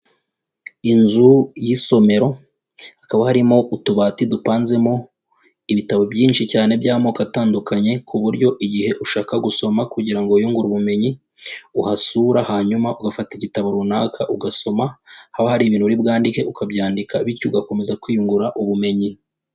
Inzu y'isomero, hakaba harimo utubati dupanzemo ibitabo byinshi cyane by'amoko atandukanye, ku buryo igihe ushaka gusoma kugira ngo wiyungure ubumenyi, uhasura hanyuma ugafata igitabo runaka ugasoma, haba hari ibintu uri bwandika ukabyandika bityo ugakomeza kwiyungura ubumenyi.